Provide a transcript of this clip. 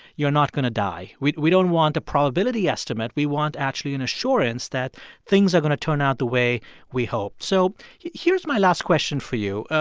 you're not going to die. we we don't want a probability estimate. we want actually an assurance that things are going to turn out the way we hope so here's my last question for you.